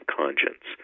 conscience